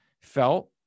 felt